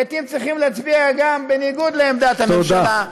לעתים צריכים להצביע גם בניגוד לעמדת הממשלה,